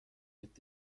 mit